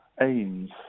aims